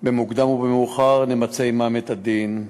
במוקדם או במאוחר ונמצה עמם את הדין.